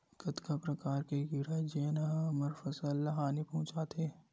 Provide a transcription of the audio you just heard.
कतका प्रकार के कीड़ा जेन ह हमर फसल ल हानि पहुंचाथे?